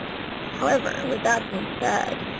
however, with that being said,